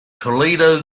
toledo